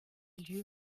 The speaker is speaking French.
lieu